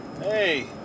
Hey